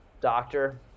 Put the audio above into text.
doctor